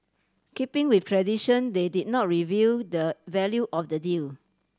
keeping with tradition they did not reveal the value of the deal